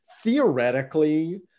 Theoretically